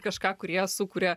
kažką kurie sukuria